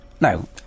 no